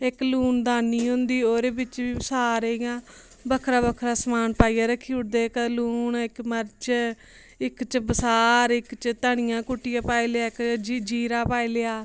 इक लून दानी होंदी ओह्दे बिच्च बी सारे इ'यां बक्खरा बक्खरा समान पाइयै रक्खी ओड़दे कदें लून इक मर्च इक च बसार इक च धनियां कुट्टियै पाई लेआ इक च जीरा पाई लेआ